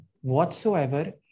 whatsoever